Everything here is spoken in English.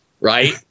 right